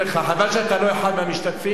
חבל שאתה לא אחד מהמשתתפים שם.